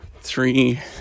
three